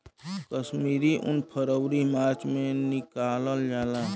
कश्मीरी उन फरवरी मार्च में निकालल जाला